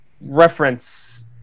reference